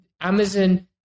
Amazon